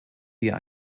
wir